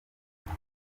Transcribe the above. kuva